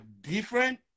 different